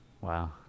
Wow